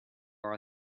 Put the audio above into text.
are